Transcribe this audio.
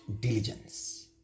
diligence